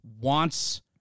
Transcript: wants